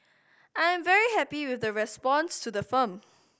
I'm very happy with the response to the film